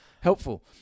Helpful